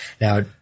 Now